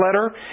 letter